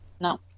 No